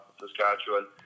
Saskatchewan